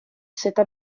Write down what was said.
seta